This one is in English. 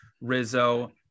Rizzo